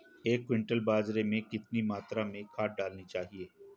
एक क्विंटल बाजरे में कितनी मात्रा में खाद डालनी चाहिए?